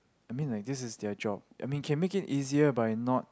I mean like this is their job I mean can make it easier by not